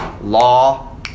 law